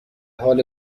حال